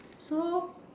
so